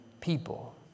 people